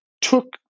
took